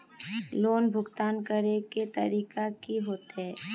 Loan भुगतान करे के तरीका की होते?